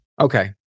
Okay